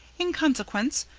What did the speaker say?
in consequence,